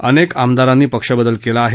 अनेक आमदारांनी पक्ष बदल केला आहे